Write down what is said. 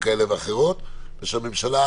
חלילה הם יתאבדו או דברים כאלה.